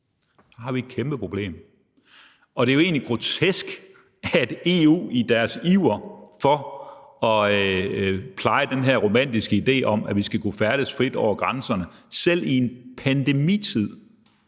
problem – et kæmpe problem. Og det er egentlig grotesk, at EU i deres iver for at pleje den her romantiske idé om, at vi skal kunne færdes frit over grænserne, selv i en pandemitid